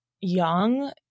young